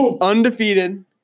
undefeated